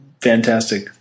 fantastic